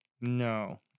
No